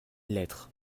lettres